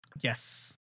Yes